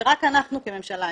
ורק אנחנו כממשלה,